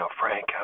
Frank